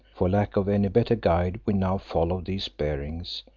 for lack of any better guide we now followed these bearings,